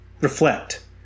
reflect